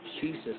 Jesus